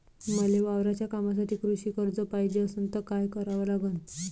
मले वावराच्या कामासाठी कृषी कर्ज पायजे असनं त काय कराव लागन?